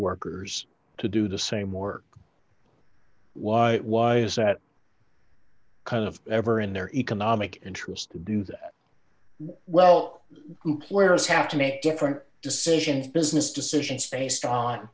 workers to do the same work why why is that kind of ever in their economic interest to do that well employers have to make different decisions business decisions based on